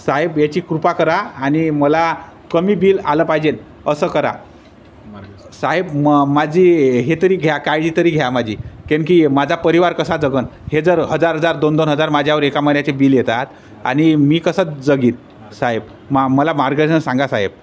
साहेब याची कृपा करा आणि मला कमी बिल आलं पाहिजे असं करा साहेब म माझी हे तरी घ्या काळजी तरी घ्या माझी केन की माझा परिवार कसा जगेन हे जर हजार हजार दोन दोन हजार माझ्यावर एका महिन्याचे बिल येतात आणि मी कसं जगीत साहेब मा मला मार्गर्शन सांगा साहेब